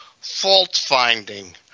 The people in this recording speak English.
fault-finding